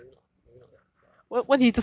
okay lah maybe not maybe not that 好笑 lah